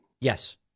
Yes